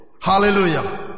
Hallelujah